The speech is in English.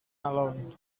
alone